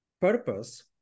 purpose